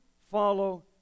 follow